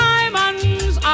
Diamonds